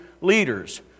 leaders